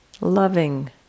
loving